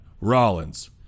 Rollins